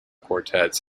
quartets